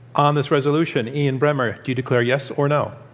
on this resolution, ian bremmer, do you declare, yes, or, no?